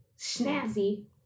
snazzy